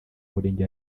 murenge